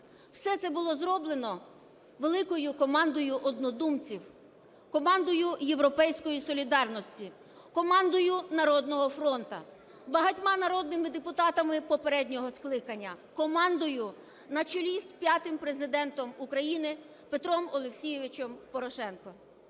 Все це було зроблено великою командою однодумців: командою "Європейської солідарності", командою "Народного фронту", багатьма народними депутатами попереднього скликання, командою на чолі з п'ятим Президентом України Петром Олексійовичем Порошенком.